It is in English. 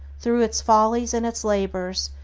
through its follies and its labors,